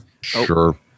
Sure